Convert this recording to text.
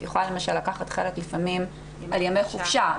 את יכולה למשל לקחת חלק על ימי חופשה,